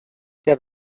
der